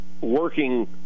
working